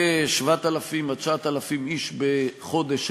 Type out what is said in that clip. כ-7,000 עד 9,000 איש בחודש,